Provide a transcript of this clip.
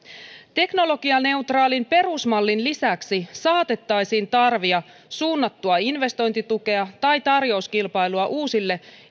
teknologianeutraalin perusmallin lisäksi saatettaisiin tarvita suunnattua investointitukea tai tarjouskilpailua uusille